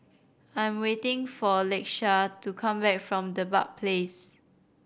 I'm waiting for Lakesha to come back from Dedap Place